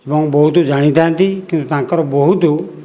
ଏବଂ ବହୁତ ଜାଣିଥାଆନ୍ତି କିନ୍ତୁ ତାଙ୍କର ବହୁତ